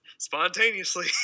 spontaneously